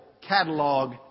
catalog